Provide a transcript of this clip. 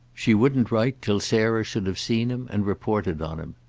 she wouldn't write till sarah should have seen him and reported on him.